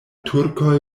turkoj